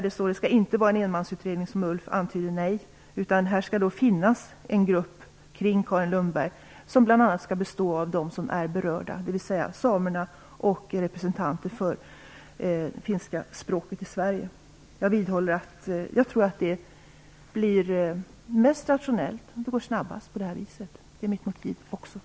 Det skall inte vara en enmansutredning, vilket Ulf Kero antydde, utan det skall finnas en grupp kring Carin Lundberg som bl.a. skall bestå av berörda parter, dvs. samer och representanter för det finska språket i Sverige. Jag tror att det blir mest rationellt och går snabbast på det här viset, och det är också ett av mina motiv.